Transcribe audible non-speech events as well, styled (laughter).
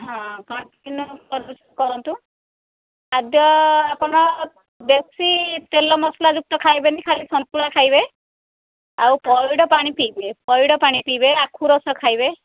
ହଁ ପାଞ୍ଚ କିଲ (unintelligible) କରନ୍ତୁ ଖାଦ୍ୟ ଆପଣ ବେଶୀ ତେଲ ମସଲା ଯୁକ୍ତ ଖାଇବେନି ଖାଲି ସନ୍ତୁଳା ଖାଇବେ ଆଉ ପଇଢ଼ ପାଣି ପିବେ ପଇଢ଼ ପାଣି ପିବେ ଆଖୁ ରସ ଖାଇବେ